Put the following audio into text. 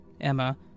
Emma